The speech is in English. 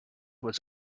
was